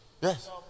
Yes